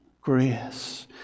grace